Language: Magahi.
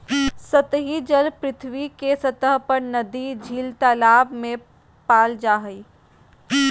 सतही जल पृथ्वी के सतह पर नदी, झील, तालाब में पाल जा हइ